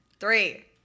Three